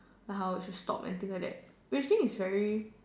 like how it should stop and things like that basically is very